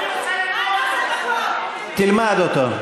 כבוד היושב-ראש, אני רוצה ללמוד אותו, תלמד אותו.